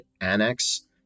annex